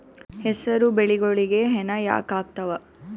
ಹೆಸರು ಬೆಳಿಗೋಳಿಗಿ ಹೆನ ಯಾಕ ಆಗ್ತಾವ?